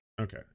Okay